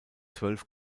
zwölf